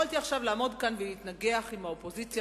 יכולתי עכשיו לעמוד כאן ולהתנגח עם האופוזיציה